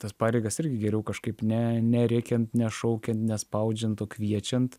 tas pareigas irgi geriau kažkaip ne nerėkiant nešaukiant nespaudžiant kviečiant